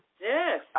Yes